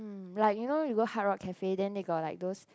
like you know you go Hardrock Cafe then they got like those